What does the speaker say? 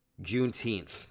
Juneteenth